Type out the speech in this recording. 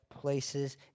places